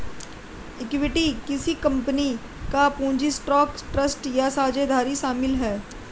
equity किसी company का पूंजी स्टॉक ट्रस्ट या साझेदारी शामिल है